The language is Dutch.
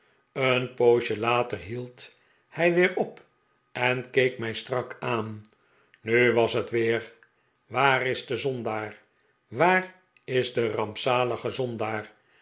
een poosje later hield hij weer op en keek mij strak aan nu was het weer waar is de zondaar waar is de rampzalige zondaar